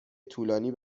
طولانی